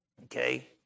Okay